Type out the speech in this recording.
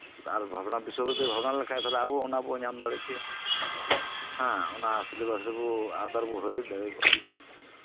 ᱟᱨ ᱵᱤᱥᱥᱚᱵᱷᱟᱨᱚᱛᱤᱭ ᱵᱷᱟᱵᱱᱟ ᱞᱮᱠᱷᱟᱱ ᱟᱵᱚ ᱚᱱᱟ ᱵᱚᱱ ᱧᱟᱢ ᱫᱟᱲᱮ ᱠᱮᱭᱟ ᱦᱮᱸᱜ ᱚᱱᱟ ᱥᱤᱞᱮᱵᱟᱥ ᱟᱣᱛᱟ ᱨᱮᱵᱚᱱ ᱦᱩᱭ ᱫᱟᱲᱮᱭᱟᱜ ᱠᱮᱭᱟ